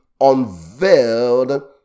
unveiled